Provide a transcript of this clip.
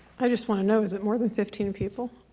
i just want to know is it more than fifteen people